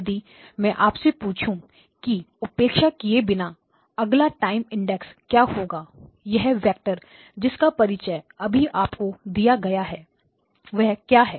यदि मैं आपसे पूछूं की उपेक्षा किए बिना अगला टाइम इंस्टेंट क्या होगा वह वेक्टर जिसका परिचय अभी आप को दिया गया क्या है